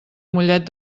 mollet